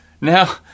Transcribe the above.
Now